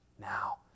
now